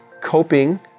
coping